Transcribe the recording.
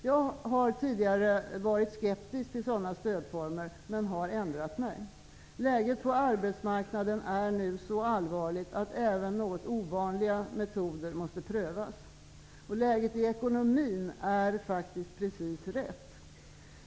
Jag har tidigare varit skeptisk till sådana stödformer men har ändrat mig. Läget på arbetsmarknaden är nu så allvarligt att även något ovanliga metoder måste prövas. Och läget i ekonomin är faktiskt nu precis det rätta.